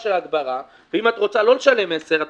ההגברה ואם את רוצה לא לשלם 10,000 שקלים,